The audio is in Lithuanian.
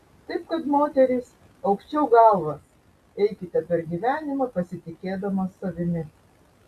taip kad moterys aukščiau galvas eikite per gyvenimą pasitikėdamos savimi